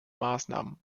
maßnahmen